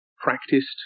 practiced